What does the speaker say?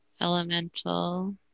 elemental